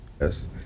yes